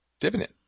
dividend